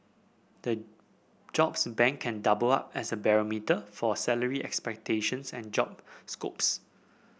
the jobs bank can double up as a barometer for a salary expectations and job scopes